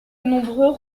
nombreux